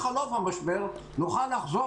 אני לא אחזור